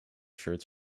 shirts